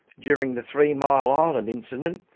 during the three mile island incident,